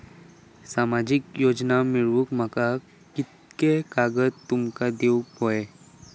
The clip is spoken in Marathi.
सामाजिक योजना मिलवूक माका कोनते कागद तुमका देऊक व्हये?